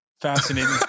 fascinating